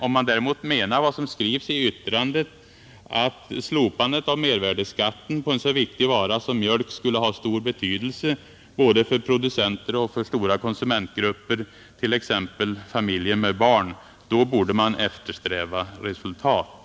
Om man däremot menar vad som skrivs i yttrandet, nämligen att ”slopandet av mervärdeskatten på en så viktig vara som mjölk skulle ha stor betydelse både för producenter och för stora konsumentgrupper, t.ex. familjer med barn”, då borde man eftersträva resultat!